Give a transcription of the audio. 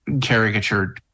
caricature